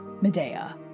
Medea